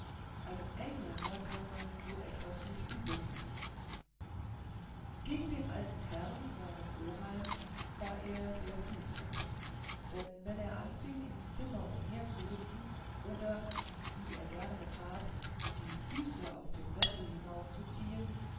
einem engländer kann man so etwas nicht übelnehmen gegen den alten herrn seinen oheim war er sehr fügsam denn wenn er anfing im zimmer umherzuhüpfen oder wie er gerne tat die füße auf den sessel hinaufzuziehen